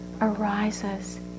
arises